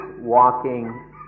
walking